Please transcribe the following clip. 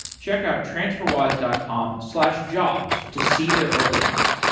check out transferwise dot com slash jobs to see their openings.